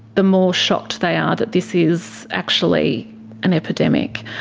the more shocked they are that this is actually an epidemic.